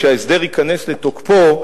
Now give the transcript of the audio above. כשההסדר ייכנס לתוקפו,